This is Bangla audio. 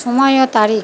সময় ও তারিখ